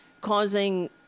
causing